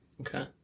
Okay